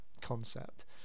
concept